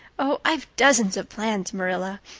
oh, i've dozens of plans, marilla.